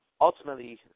ultimately